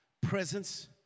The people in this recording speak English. presence